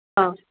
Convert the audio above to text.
ꯑꯥ